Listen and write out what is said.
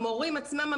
המורים עצמם,